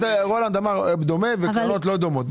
ורולנד אמר דומה וקרנות לא דומות.